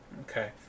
Okay